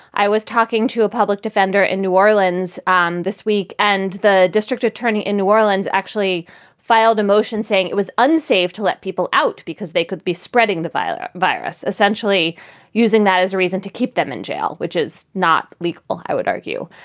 i was talking to a public defender in new orleans um this week, and the district attorney in new orleans actually filed a motion saying it was unsafe to let people out because they could be spreading the byler virus, essentially using that as a reason to keep them in jail, which is not legal. i would argue.